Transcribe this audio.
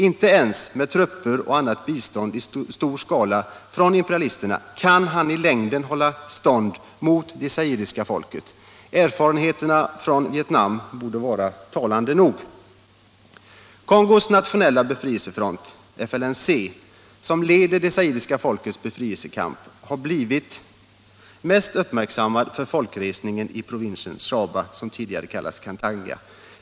Inte ens med trupper och annat bistånd i stor skala från imperialisterna kan han i längden hålla stånd mot det zairiska folket. Erfarenheterna från Vietnam borde vara talande nog. Kongos nationella befrielsefront, FLNC, som leder det zairiska folkets befrielsekamp, har blivit mest uppmärksammad för folkresningen i provinsen Shaba, som tidigare kallades Katanga.